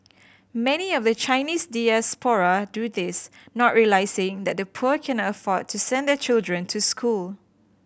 many of the Chinese diaspora do this not realising that the poor cannot afford to send their children to school